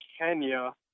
Kenya